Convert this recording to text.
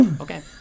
Okay